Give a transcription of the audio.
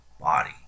body